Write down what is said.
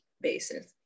basis